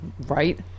Right